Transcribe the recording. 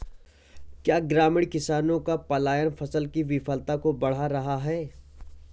क्या ग्रामीण किसानों का पलायन फसल की विफलता को बढ़ा रहा है?